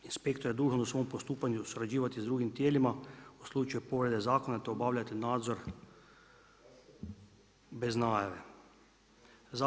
Inspektor je dužan u svom postupanju surađivati s drugim tijelima u slučaju povrede zakona te obavljati nadzor bez najave.